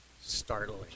startling